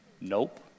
Nope